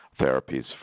therapies